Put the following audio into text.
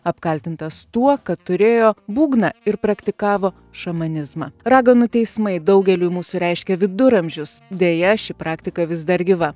apkaltintas tuo kad turėjo būgną ir praktikavo šamanizmą raganų teismai daugeliui mūsų reiškia viduramžius deja ši praktika vis dar gyva